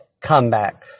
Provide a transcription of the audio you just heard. comeback